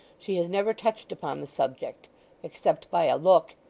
she has never touched upon the subject except by a look.